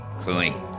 clean